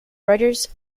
reuters